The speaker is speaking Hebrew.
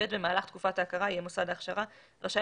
במהלך תקופת ההכרה יהיה מוסד ההכשרה רשאי